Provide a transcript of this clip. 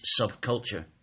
subculture